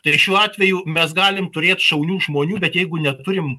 tai šiuo atveju mes galim turėt šaunių žmonių bet jeigu neturim